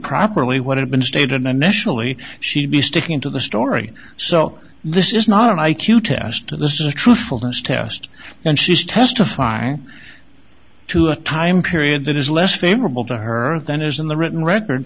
properly what had been stated nationally she'd be sticking to the story so this is not an i q test this is a truthfulness test and she's testifying to a time period that is less favorable to her than is in the written record